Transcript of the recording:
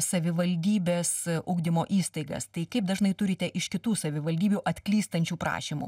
savivaldybės ugdymo įstaigas tai kaip dažnai turite iš kitų savivaldybių atklystančių prašymų